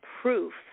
proof